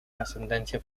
ascendencia